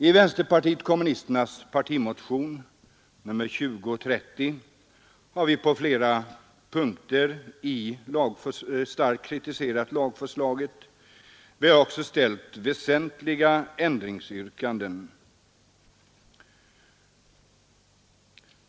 I vpks partimotion nr 2030 har vi på flera punkter starkt kritiserat lagförslaget. Vi har också ställt väsentliga ändringsyrkanden.